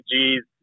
G's